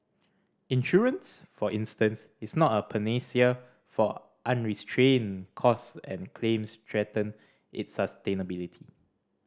insurance for instance is not a panacea for unrestrained costs and claims threaten its sustainability